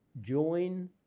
join